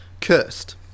cursed